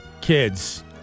kids